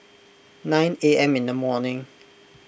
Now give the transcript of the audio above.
nine A M in the morning